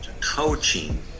coaching